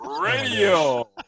Radio